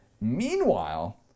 meanwhile